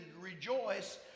rejoice